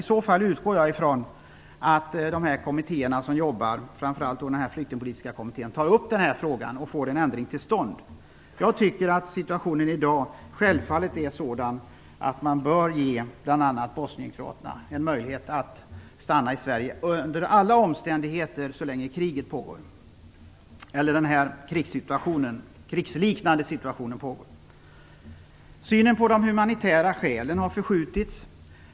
I så fall utgår jag ifrån att de kommittéer som arbetar, framför allt Flyktingpolitiska kommittén, tar upp den frågan och får en ändring till stånd. Situationen i dag är självfallet sådan att man bör ge bl.a. bosnienkroaterna möjlighet att stanna i Sverige, under alla omständigheter så länge kriget pågår, eller den krigsliknande situationen pågår. Synen på de humanitära skälen har förskjutits.